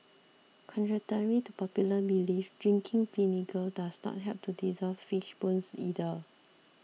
contrary to popular belief drinking vinegar does not help to dissolve fish bones either